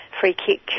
free-kick